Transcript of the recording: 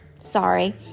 Sorry